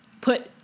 put